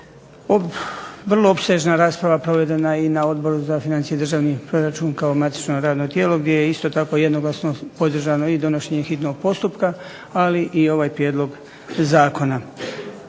vrlo opsežna rasprava provedena na Odboru za financije i državni proračun kao matično radno tijelo gdje je isto tako jednoglasno podržano i donošenje hitnog postupka ali i ovaj Prijedlog zakona.